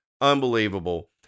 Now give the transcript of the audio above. unbelievable